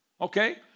Okay